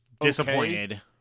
Disappointed